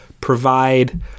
provide